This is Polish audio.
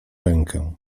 rękę